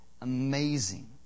Amazing